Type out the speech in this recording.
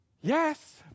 yes